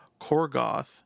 Korgoth